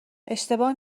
اشتباه